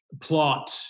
plot